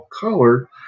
color